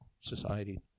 society